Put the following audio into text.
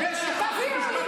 בתפקידו.